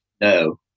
No